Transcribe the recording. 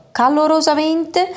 calorosamente